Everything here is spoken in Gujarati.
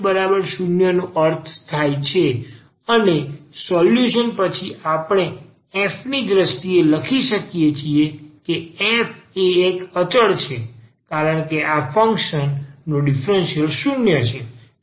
તેથી આ df 0નો અર્થ થાય છે અને સોલ્યુશન પછી આપણે f ની દ્રષ્ટિએ લખી શકીએ છીએ કે f એ એક અચળ છે કારણ કે આ ફંક્શન નો ડીફરન્સીયલ 0 છે